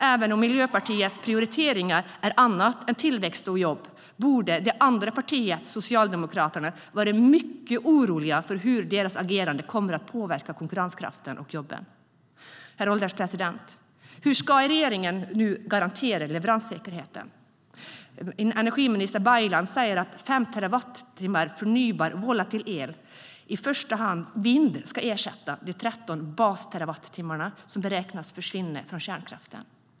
Även om Miljöpartiets prioriteringar är annat än tillväxt och jobb borde man i det andra partiet, Socialdemokraterna, vara mycket orolig för hur deras agerande kommer att påverka konkurrenskraften och jobben. Herr ålderspresident! Hur ska regeringen nu garantera leveranssäkerheten? Energiminister Baylan säger att 5 terawattimmar förnybar volatil kraft, i första hand vind, ska ersätta de 13 basterawattimmar som beräknas försvinna från kärnkraften.